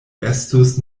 estus